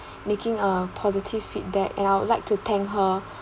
making a positive feedback and I would like to thank her